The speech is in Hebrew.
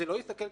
לא יסכל,